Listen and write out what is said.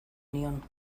nion